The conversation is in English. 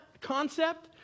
concept